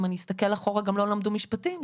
אם אני אסתכל אחורה גם לא למדו משפטים,